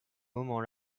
moments